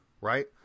Right